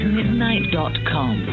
Midnight.com